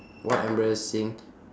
what embarrassing